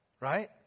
Right